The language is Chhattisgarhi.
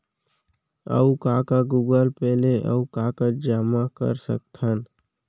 अऊ का का गूगल पे ले अऊ का का जामा कर सकथन?